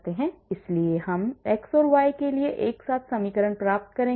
इसलिए हम x और y के लिए एक साथ समीकरण प्राप्त करेंगे